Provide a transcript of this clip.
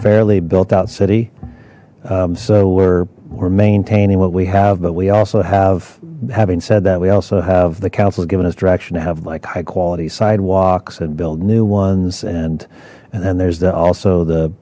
fairly built out city so we're we're maintaining what we have but we also have having said that we also have the council's given us direction to have like high quality sidewalks and build new ones and and then there's also the